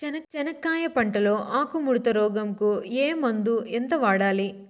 చెనక్కాయ పంట లో ఆకు ముడత రోగం కు ఏ మందు ఎంత వాడాలి?